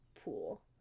pool